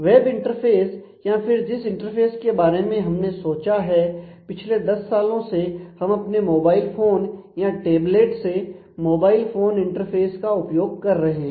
web interface या फिर जिस इंटरफेस के बारे में हमने सोचा है पिछले 10 सालों से हम अपने मोबाइल फोन या टैबलेट से मोबाइल इंटरफेस का उपयोग कर रहे हैं